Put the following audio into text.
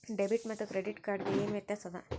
Debit ಮತ್ತ credit card ಗೆ ಏನ ವ್ಯತ್ಯಾಸ ಆದ?